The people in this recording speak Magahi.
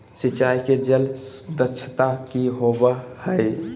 सिंचाई के जल दक्षता कि होवय हैय?